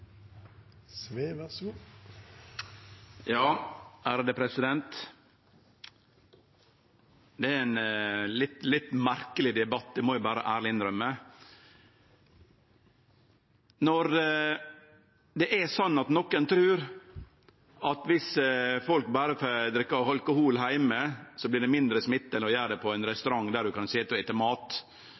Det er ein litt merkeleg debatt. Det må eg ærleg innrømme. Når nokon trur at viss folk berre får drikke alkohol heime, vert det mindre smitte enn å gjere det på ein restaurant der ein kan sitje og ete mat,